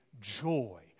joy